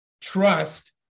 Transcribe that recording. trust